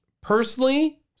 Personally